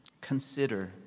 Consider